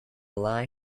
lie